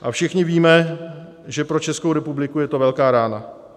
A všichni víme, že pro Českou republiku je to velká rána.